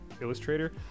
illustrator